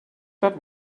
that